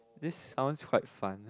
this sounds quite fun